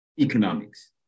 economics